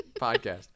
podcast